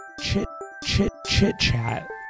Chit-chit-chit-chat